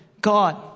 God